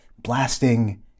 blasting